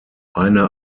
eine